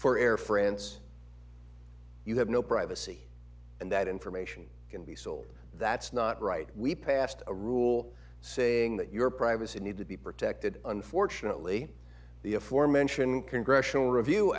for air france you have no privacy and that information can be sold that's not right we passed a rule saying that your privacy need to be protected unfortunately the aforementioned congressional review